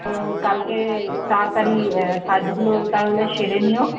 ও কালকে তাড়াতাড়ি কাজগুলো তাহলে সেরে নিও